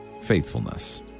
faithfulness